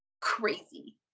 crazy